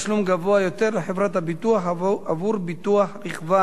גבוה יותר לחברת הביטוח עבור ביטוח רכבן,